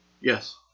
Yes